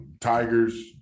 Tigers